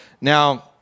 Now